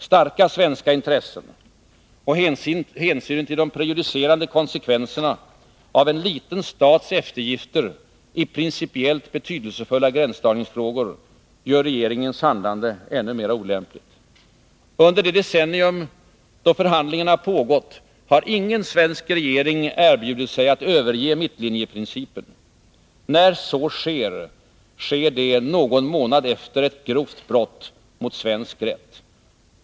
Starka svenska intressen och hänsynen till de prejudicerande konsekvenserna av en liten stats eftergifter i principiellt betydelsefulla gränsdragningsfrågor gör regeringens handlande ännu mer olämpligt. Under det decennium då förhandlingarna pågått har ingen svensk regering erbjudit sig att överge mittlinjeprincipen. När så sker, sker det någon månad efter ett grovt brott mot svensk rätt.